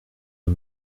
aux